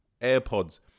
AirPods